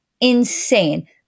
insane